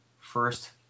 first